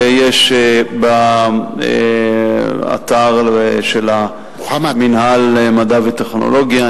אבל יש באתר של מינהל מדע וטכנולוגיה,